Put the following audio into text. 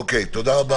תודה רבה.